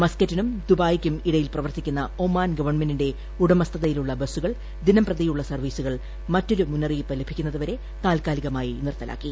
മസ്ക്കറ്റിനും ദുബായിക്കും ഇടയിൽ പ്രവർത്തിക്കുന്ന ഒമാൻ ഗവൺമെന്റിന്റെ ഉടമസ്ഥതയിലുള്ള ബസുകൾ ദിനംപ്രതിയുള്ള സർവ്വീസുകൾ മറ്റൊരു മുന്നറിയിപ്പ് ലഭിക്കുന്നതുവരെ താൽക്കാലികമായി നിർത്തലാക്കി